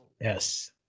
Yes